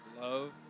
love